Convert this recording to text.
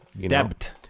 Debt